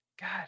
God